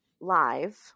live